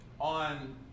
on